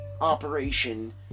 operation